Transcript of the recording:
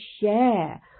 share